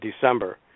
December